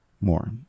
more